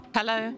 Hello